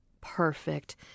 Perfect